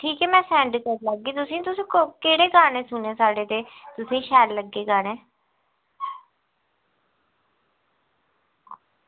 ठीक ऐ में सैंड करी लैगी तुसें ई तुसें केह्ड़े गाने सुने साढ़े ते तुसें ई शैल लग्गे गाने